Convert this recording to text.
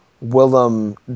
Willem